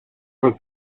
was